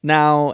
now